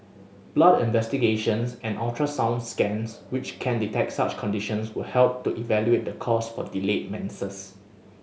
blood investigations and ultrasound scans which can detect such conditions will help to evaluate the cause for delayed menses